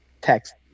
text